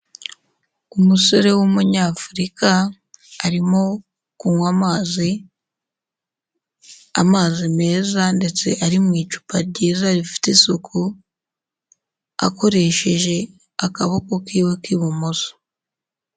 Umusore w'umunyafurika arimo kunywa amazi, amazi meza ndetse ari mu icupa ryiza rifite isuku, akoresheje akaboko kiwe k'ibumoso.